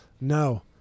No